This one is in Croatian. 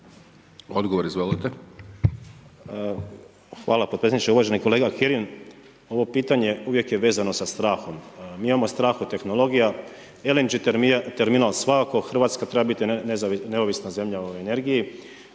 (Nezavisni)** Hvala potpredsjedniče, uvaženi kolega Kirin, ovo pitanje uvijek je vezano sa strahom m imamo strah od tehnologija, LNG terminal svakako, Hrvatska treba biti neovisna zemlja o energiji.